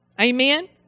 Amen